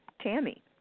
Tammy